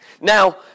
Now